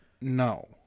no